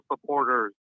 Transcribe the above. supporters